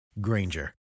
Granger